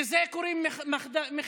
לזה קוראים מחדל.